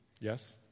Yes